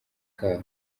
kabo